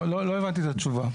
לא הבנתי את התשובה.